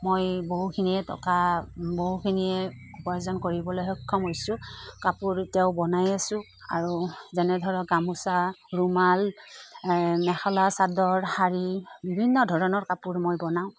মই বহুখিনিয়ে টকা বহুখিনিয়ে উপাৰ্জন কৰিবলৈ সক্ষম হৈছোঁ কাপোৰ এতিয়াও বনাইয়ে আছো আৰু যেনে ধৰক গামোচা ৰুমাল মেখেলা চাদৰ শাড়ী বিভিন্ন ধৰণৰ কাপোৰ মই বনাওঁ